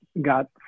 got